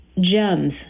gems